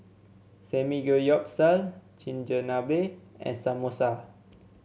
Samgeyopsal Chigenabe and Samosa